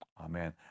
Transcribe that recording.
Amen